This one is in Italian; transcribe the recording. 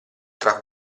tra